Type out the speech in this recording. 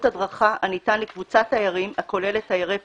הדרכה הניתן לקבוצת תיירים הכוללת תיירי פנים,